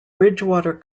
bridgwater